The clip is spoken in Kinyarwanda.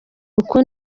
uku